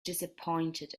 disappointed